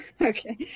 Okay